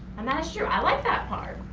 and that is true, i like that part.